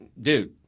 dude